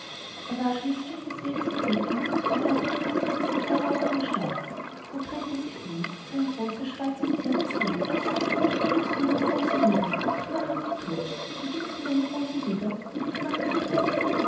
er war schon ein stück wegs geritten da hörte er etwas hinter sich herlaufen und schnaufen er drehte sich um und sah ein großes schwarzes thier das rief du giebst mir meine rose wieder oder ich mache dich todt du giebst mir meine rose wieder oder ich mach dich todt